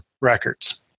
records